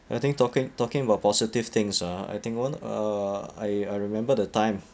I think talking talking about positive things ah I think one uh I I remember the time